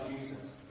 Jesus